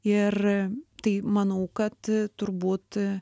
ir tai manau kad turbūt